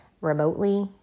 remotely